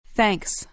Thanks